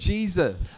Jesus 。